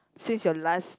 since your last